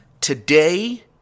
Today